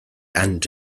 and